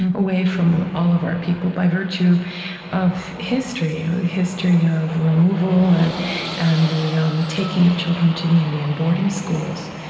away from all of our people by virtue of history, you know the history of removal and and the um taking of children to the indian boarding schools.